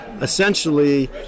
Essentially